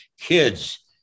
kids